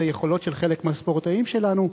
את היכולות של חלק מהספורטאים שלנו.